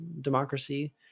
democracy